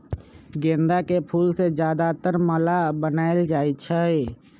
गेंदा के फूल से ज्यादातर माला बनाएल जाई छई